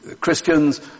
Christians